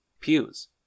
pews